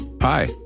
Hi